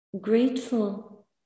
grateful